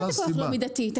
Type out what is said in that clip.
מה פתאום לא מידתי?